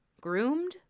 groomed